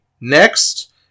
Next